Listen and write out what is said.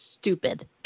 stupid